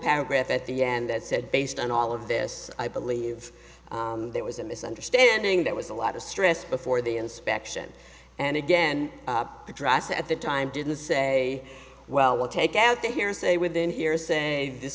paragraph at the end that said based on all of this i believe there was a misunderstanding that was a lot of stress before the inspection and again the dress at the time didn't say well we'll take out the hearsay within hearsay this